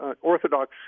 Orthodox